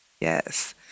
Yes